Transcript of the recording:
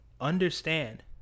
understand